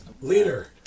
Leader